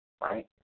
Right